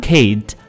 Kate